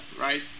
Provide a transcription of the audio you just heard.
right